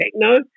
Techno